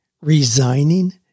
resigning